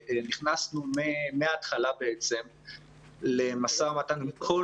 נכנסו מההתחלה בעצם למשא ומתן עם כל